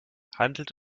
handelt